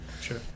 Sure